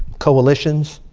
coalitions.